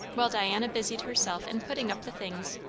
while diana busied herself in putting up the things,